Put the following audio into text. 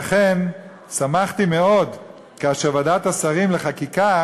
לכן שמחתי מאוד כאשר ועדת השרים לחקיקה